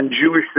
Jewish